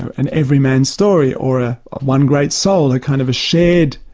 an everyman story or ah a one great soul, a kind of a shared